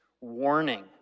warning